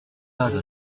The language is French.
pas